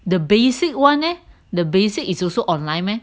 the basic one leh the basic it's also online meh